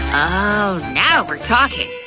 oh, now we're talkin'!